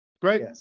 Great